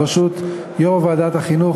בראשות יושב-ראש ועדת החינוך,